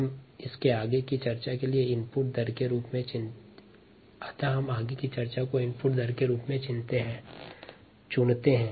हम आगे की चर्चा के लिए इनपुट रेट को चुनते हैं